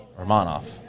Romanov